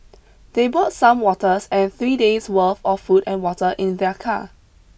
they brought some waters and three days' worth of food and water in their car